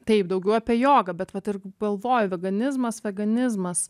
taip daugiau apie jogą bet vat ir galvoju veganizmas veganizmas